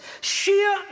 Sheer